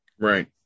Right